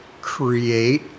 create